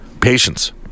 patience